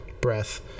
breath